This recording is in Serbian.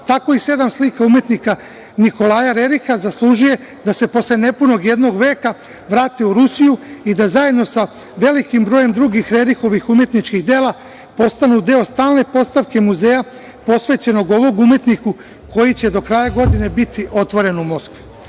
tako i sedam slika umetnika Nikola Reriha zaslužuje da se posle nepunog jednog veka vrati u Rusiju i da zajedno sa velikim brojem drugih Rerihovih umetničkih dela postanu deo stalne postavke muzeja posvećenog ovom umetniku koji će do kraja godine biti otvoren u Moskvi. Na